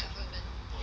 government work